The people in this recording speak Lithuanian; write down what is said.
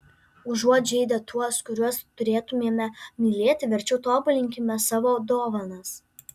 užuot žeidę tuos kuriuos turėtumėme mylėti verčiau tobulinkime savo dovanas